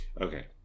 Okay